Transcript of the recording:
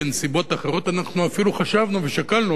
בנסיבות אחרות אנחנו אפילו חשבנו ושקלנו,